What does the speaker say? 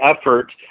effort